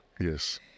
Yes